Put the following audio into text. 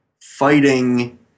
Fighting